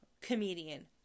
comedian